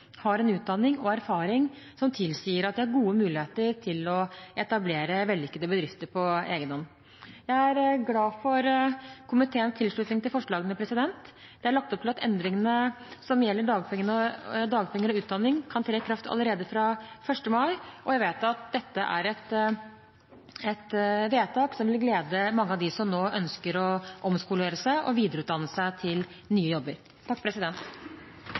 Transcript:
har en utdanning og erfaring som tilsier at de har gode muligheter til å etablere vellykkede bedrifter på egenhånd. Jeg er glad for komiteens tilslutning til forslagene. Det er lagt opp til at endringene som gjelder dagpenger og utdanning, kan tre i kraft allerede fra 1. mai, og jeg vet at dette er et vedtak som vil glede mange av dem som nå ønsker å omskolere seg og videreutdanne seg til nye jobber.